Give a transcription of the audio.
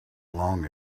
long